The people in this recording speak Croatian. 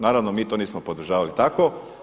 Naravno mi to nismo podržavali tako.